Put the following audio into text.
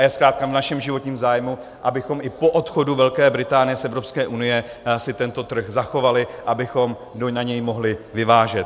Je zkrátka v našem životním zájmu, abychom si i po odchodu Velké Británie z Evropské unie tento trh zachovali, abychom na něj mohli vyvážet.